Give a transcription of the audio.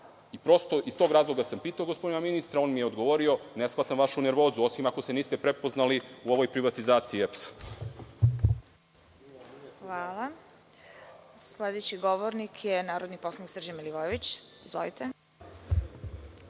I prosto, iz tog razloga sam pitao gospodina ministra, on mi je odgovorio, ne shvatam vašu nervozu, osim ako se niste prepoznali u ovoj privatizaciji EPS. **Vesna Kovač** Hvala. Reč ima narodni poslanik Srđan Milivojević. Izvolite.